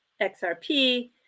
XRP